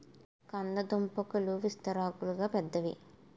కంద దుంపాకులు విస్తరాకుల్లాగా పెద్దవి